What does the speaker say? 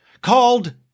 called